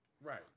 Right